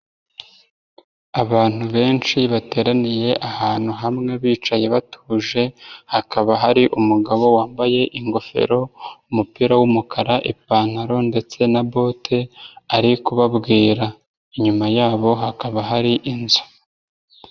Abantu benshi bateraniye ahantu hamwe bicaye batuje, hakaba hari umugabo wambaye ingofero, umupira w'umukara, ipantaro ndetse na bote, ari kubabwira. Inyuma yabo hakaba hari inzu.